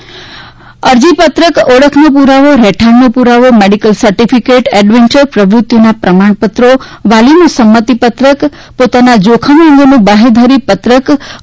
જેમાં અરજીપત્રક ઓળખનો પુરાવો રહેઠાણનો પુરાવો મેડીકલ સર્ટીફિકેટ એડવેન્ચર પ્રવૃત્તિઓના પ્રમાણપત્રો વાલીનું સંમતિપત્રક પોતાના જોખમો અંગેનું બાંહેધરી પત્રક સાથે જોડવાનું રહેશે